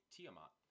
Tiamat